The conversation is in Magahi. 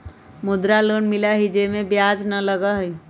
मुद्रा लोन मिलहई जे में ब्याज न लगहई?